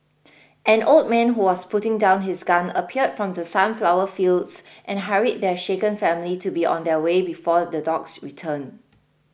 an old man who was putting down his gun appeared from the sunflower fields and hurried the shaken family to be on their way before the dogs return